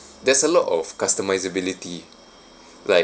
there's a lot of customisability like